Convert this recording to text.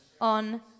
on